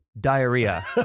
diarrhea